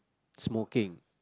smoking